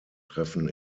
treffen